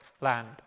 land